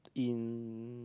in